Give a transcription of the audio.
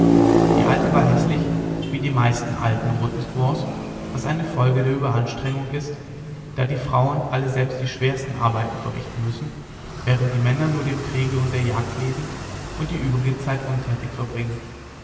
die alte war häßlich wie die meisten alten roten squaws was eine folge der ueberanstrengung ist da die frauen alle selbst die schwersten arbeiten verrichten müssen während die männer nur dem kriege und der jagd leben und die übrige zeit untätig verbringen